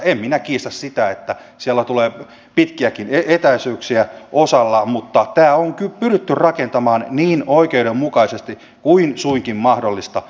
en minä kiistä sitä että siellä tulee pitkiäkin etäisyyksiä osalla mutta tämä on pyritty rakentamaan niin oikeudenmukaisesti kuin suinkin mahdollista